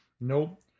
Nope